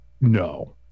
no